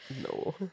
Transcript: No